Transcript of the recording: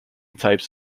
types